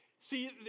See